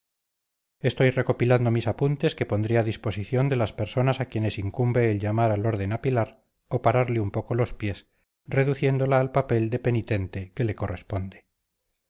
estoy recopilando mis apuntes que pondré a disposición de las personas a quienes incumbe el llamar al orden a pilar o pararle un poco los pies reduciéndola al papel de penitente que le corresponde